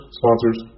sponsors